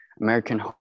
American